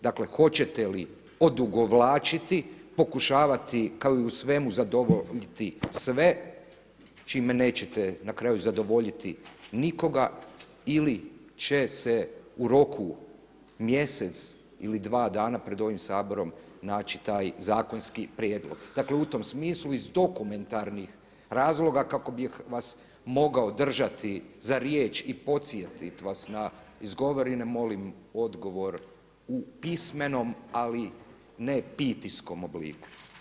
Dakle hoćete li odugovlačiti, pokušavati kao i u svemu zadovoljiti sve čime neće na kraju zadovoljiti nikoga ili će se u roku mjesec ili dva dana pred ovim Saborom naći taj zakonski prijedlog u tom smislu iz dokumentarnih razloga kako bih vas mogao držati za riječ i podsjetiti vas na izgovoreno, molim odgovor u pismenom ali pitijskom obliku.